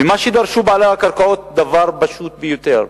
ומה שדרשו בעלי הקרקעות הוא דבר פשוט ביותר: